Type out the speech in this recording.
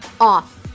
off